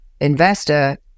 investor